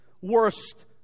worst